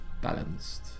balanced